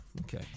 okay